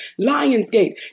Lionsgate